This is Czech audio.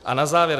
A na závěr.